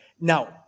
Now